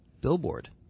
Billboard